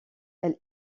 elle